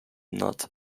not